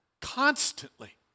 Constantly